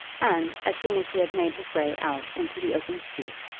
and, as soon as he had made his way out into the open street,